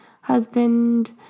husband